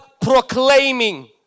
proclaiming